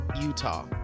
Utah